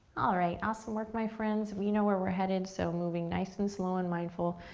alright, awesome work my friends. we know where we're headed. so moving nice and slow and mindful,